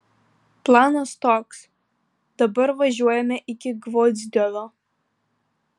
planas toks dabar važiuojame iki gvozdiovo